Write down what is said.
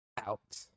out